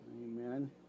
Amen